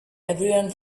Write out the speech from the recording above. everyone